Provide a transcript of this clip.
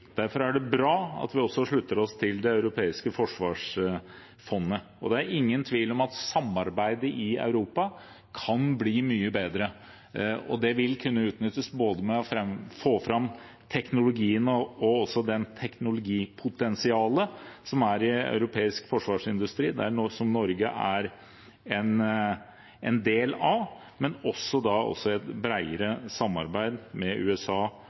Derfor er det bra at vi slutter oss til Det europeiske forsvarsfondet. Det er ingen tvil om at samarbeidet i Europa kan bli mye bedre. Det vil kunne utnyttes ved å få fram teknologien og det teknologipotensialet som er i europeisk forsvarsindustri, som Norge er en del av, men også i et bredere samarbeid med USA